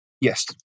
Yes